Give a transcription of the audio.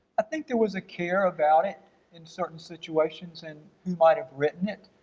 i think there was a care about it in certain situations and who might have written it.